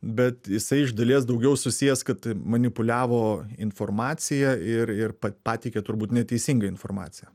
bet jisai iš dalies daugiau susijęs kad manipuliavo informacija ir ir pateikė turbūt neteisingą informaciją